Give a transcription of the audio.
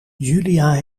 julia